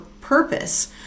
purpose